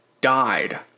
died